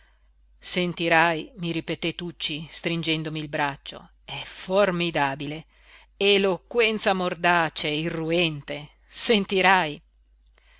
sentirai mi ripeté tucci stringendomi il braccio è formidabile eloquenza mordace irruente sentirai